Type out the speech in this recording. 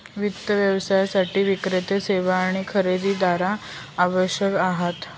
वित्त व्यवसायासाठी विक्रेते, सेवा आणि खरेदीदार आवश्यक आहेत